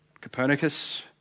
Copernicus